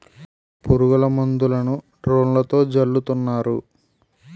పురుగుల మందులను డ్రోన్లతో జల్లుతున్నారు